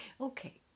Okay